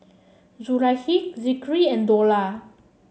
Zulaikha Zikri and Dollah